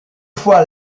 fois